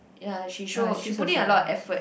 ya she show she put in a lot of effort